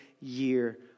year